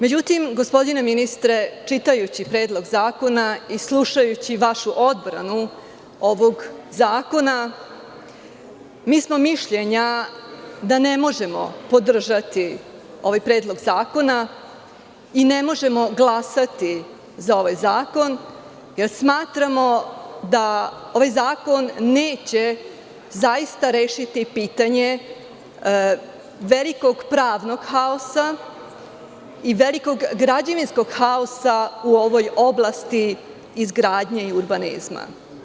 Međutim, gospodine ministre, čitajući Predlog zakona i slušajući vašu odbranu ovog zakona, mišljenja smo da ne možemo podržati ovaj predlog zakona, ne možemo glasati za ovaj zakon, jer smatramo da ovaj zakon neće zaista rešiti pitanje velikog pravnog haosa i velikog građevinskog haosa u ovoj oblasti izgradnje i urbanizma.